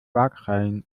wagrain